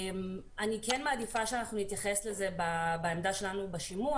אני כן מעדיפה שנתייחס לזה בעמדה שלנו בשימוע.